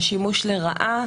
לשימוש לרעה,